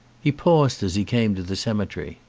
he paused as he came to the cemetery.